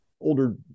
older